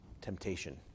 temptation